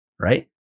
Right